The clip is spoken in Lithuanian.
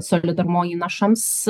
solidarumo įnašams